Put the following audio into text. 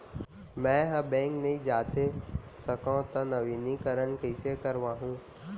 मैं ह बैंक नई जाथे सकंव त नवीनीकरण कइसे करवाहू?